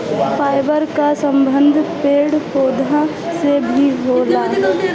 fibre कअ संबंध पेड़ पौधन से भी होला